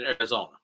Arizona